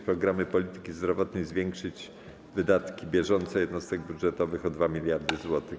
Programy polityki zdrowotnej, zwiększyć wydatki bieżące jednostek budżetowych o 2 mld zł.